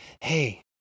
hey